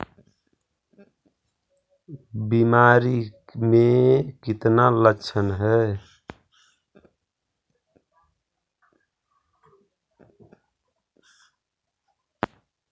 बीमारी के कितने लक्षण हैं?